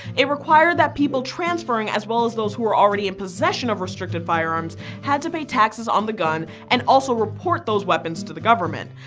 it required that people transferring as well as those who were already in possession of restricted firearms had to pay taxes on the gun and also report those weapons to the government.